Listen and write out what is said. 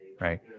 Right